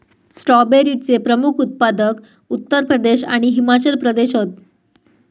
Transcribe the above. स्ट्रॉबेरीचे प्रमुख उत्पादक उत्तर प्रदेश आणि हिमाचल प्रदेश हत